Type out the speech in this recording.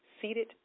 seated